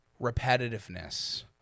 repetitiveness